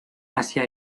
hacia